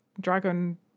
dragon